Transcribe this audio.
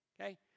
Okay